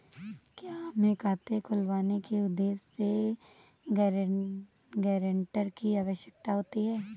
क्या हमें खाता खुलवाने के उद्देश्य से गैरेंटर की आवश्यकता होती है?